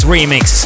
Remix